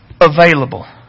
available